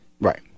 Right